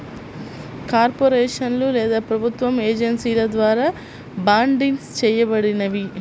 కార్పొరేషన్లు లేదా ప్రభుత్వ ఏజెన్సీల ద్వారా బాండ్సిస్ చేయబడినవి